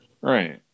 right